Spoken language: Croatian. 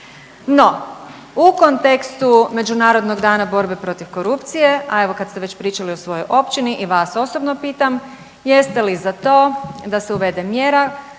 No, u kontekstu Međunarodnog dana borbe protiv korupcije, a evo kad ste već pričali o svojoj općini i vas osobno pitam, jeste li za to da se uvede mjera